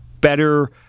better